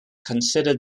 considered